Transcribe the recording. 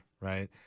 right